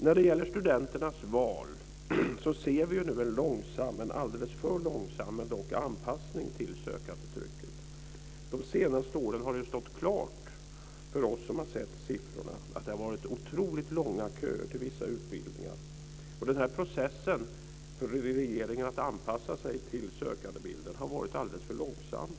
När det gäller studenternas val ser vi nu en alldeles för långsam men dock en anpassning till sökandetrycket. De senaste åren har det ju stått klart för oss som har sett siffrorna att det har varit otroligt långa köer till vissa utbildningar. Den här processen för regeringen att anpassa sig till sökandebilden har varit alldeles för långsam.